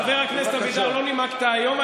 חבר הכנסת אבידר, לא נימקת היום.